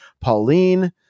Pauline